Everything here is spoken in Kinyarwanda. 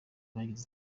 bagize